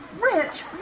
Rich